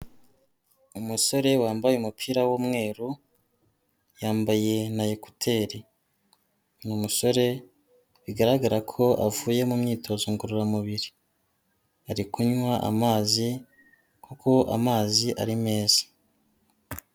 Umusore wambaye umupira w'umweru, yambaye na ekuteri. Ni umusore bigaragara ko avuye mu myitozo ngororamubiri, ari kunywa amazi kuko amazi ari meza.